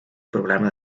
programa